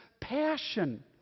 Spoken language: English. passion